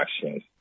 actions